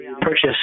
purchase